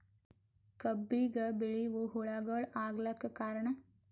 ಕಬ್ಬಿಗ ಬಿಳಿವು ಹುಳಾಗಳು ಆಗಲಕ್ಕ ಕಾರಣ?